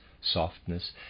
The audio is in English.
softness